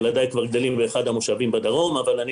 ילדי גדלים באחד המושבים בדרום אבל אני